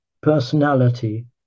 personality